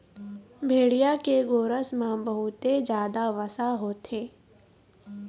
भेड़िया के गोरस म बहुते जादा वसा होथे